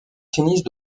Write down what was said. tennis